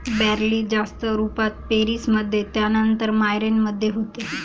barley जास्त रुपात पेरीस मध्ये त्यानंतर मायेन मध्ये होते